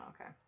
okay